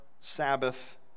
Sabbath